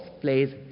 plays